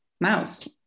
mouse